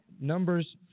Numbers